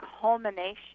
culmination